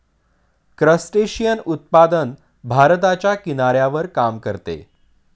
crustacean उत्पादन भारताच्या किनाऱ्यावर काम करते